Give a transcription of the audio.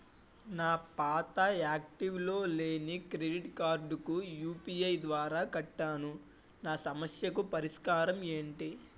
నా పాత యాక్టివ్ లో లేని క్రెడిట్ కార్డుకు యు.పి.ఐ ద్వారా కట్టాను నా సమస్యకు పరిష్కారం ఎంటి?